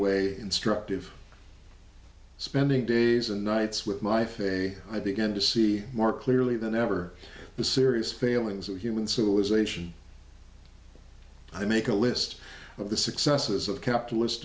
way instructive spending days and nights with my face i begin to see more clearly than ever the serious failings of human civilization i make a list of the successes of capitalist